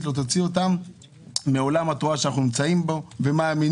לא תוציא אותם מעולם התורה שאנחנו נמצאים בו ומאמינים.